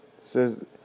says